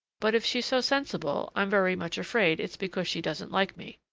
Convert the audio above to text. but if she's so sensible, i am very much afraid it's because she doesn't like me.